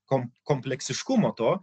kom kompleksiškumo to